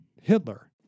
Hitler